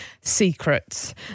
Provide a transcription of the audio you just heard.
secrets